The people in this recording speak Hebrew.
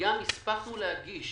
גם הספקנו להגיש